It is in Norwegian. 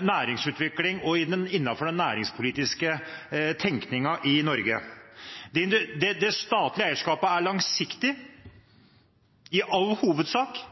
næringsutvikling og innenfor den næringspolitiske tekningen i Norge. Det statlige eierskapet er i all hovedsak langsiktig.